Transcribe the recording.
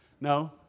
no